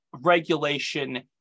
regulation